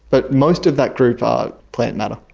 but most of that group are plant matter.